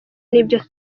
n’ibyo